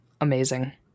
Amazing